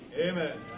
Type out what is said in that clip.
Amen